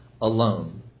alone